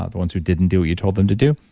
ah the ones who didn't do what you told them to do,